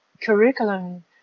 curriculum